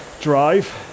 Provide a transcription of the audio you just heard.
drive